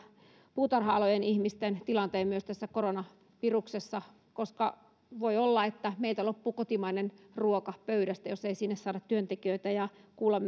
puutarha alojen ihmisten tilanteen myös tässä koronaviruksessa koska voi olla että meiltä loppuu kotimainen ruoka pöydästä jos ei sinne saada työntekijöitä ja kuulla